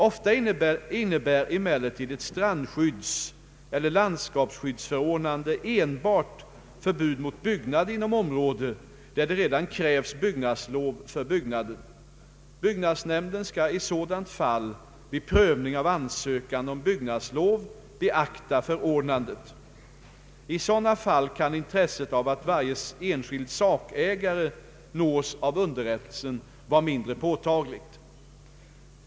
Ofta innebär emellertid ett strandskyddseller landskapsskyddsförordnande enbart förbud mot byggnad inom område, där det redan krävs byggnadslov för byggnaden. Byggnadsnämnden skall i sådant fall vid prövning av ansökan om byggnadslov beakta förordnandet. I sådana fall kan intresset av att varje enskild sakägare nås av underrättelse vara mindre påtagligt.